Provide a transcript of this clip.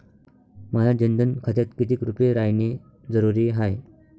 माह्या जनधन खात्यात कितीक रूपे रायने जरुरी हाय?